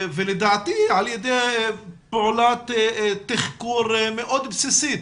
לדעתי על ידי פעולת תחקור מאוד בסיסית